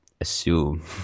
assume